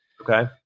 Okay